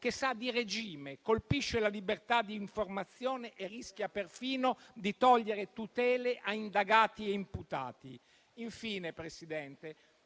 che sa di regime, colpisce la libertà d'informazione e rischia perfino di togliere tutele a indagati e imputati.